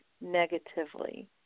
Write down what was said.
negatively